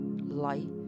light